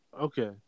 Okay